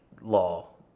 law